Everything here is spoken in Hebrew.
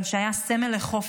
שהיה סמל לחופש,